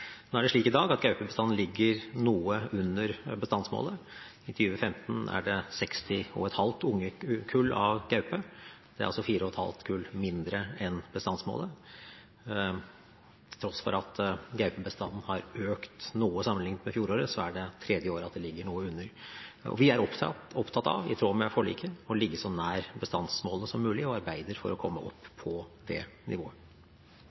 Nå er det slik i dag at gaupebestanden ligger noe under bestandsmålet. I 2015 var det 60,5 ungekull av gaupe – det er altså 4,5 kull mindre enn bestandsmålet. Til tross for at gaupebestanden har økt noe sammenlignet med året før, er det det tredje året på rad at det ligger noe under. Vi er – i tråd med forliket – opptatt av å ligge så nær bestandsmålet som mulig og arbeider for å komme opp på det nivået.